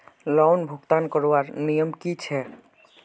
Loan भुगतान करवार नियम की छे?